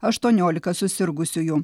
aštuoniolika susirgusiųjų